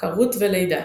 עקרות ולידה